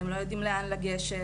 הם לא יודעים לאן לגשת,